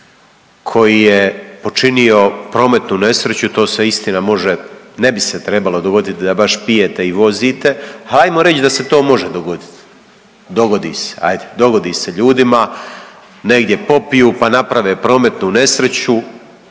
koji je počinio prometnu nesreću, to se istina može ne bi se trebalo dogoditi da baš pijete i vozite, ha ajmo reć da se to može dogodit. Dogodi se ajd, dogodi se ljudima negdje popiju pa naprave prometnu nesreću,